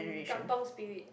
Kampung Spirit